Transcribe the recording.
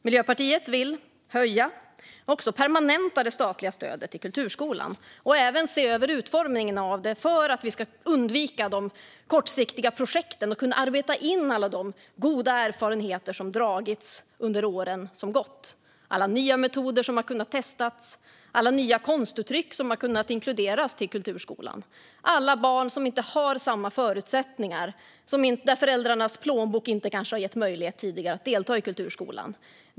Miljöpartiet vill höja och också permanenta det statliga stödet till kulturskolan och även se över utformningen av det för att vi ska undvika de kortsiktiga projekten och kunna arbeta in alla de goda erfarenheter som dragits under åren som gått - alla nya metoder som har kunnat testas, alla nya konstuttryck som har kunnat inkluderas i kulturskolan, alla barn som inte har samma förutsättningar och vars föräldrars plånböcker kanske inte tidigare har gett dem möjlighet att delta i kulturskolan.